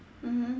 mmhmm